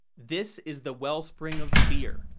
this is the wellspring of fear.